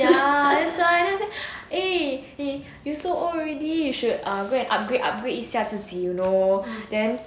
ya that's why then I say eh you so old already you should err go and upgrade upgrade 一下子自己 you know then